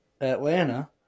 Atlanta